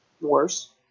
Worse